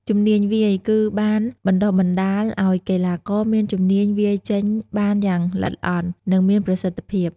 ជំនាញវាយគឺបានបណ្តុះបណ្តាលឲ្យកីឡាករមានជំនាញវាយចេញបានយ៉ាងល្អិតល្អន់ និងមានប្រសិទ្ធភាព។